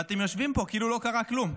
ואתם יושבים פה כאילו לא קרה כלום?